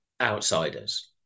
outsiders